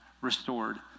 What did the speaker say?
restored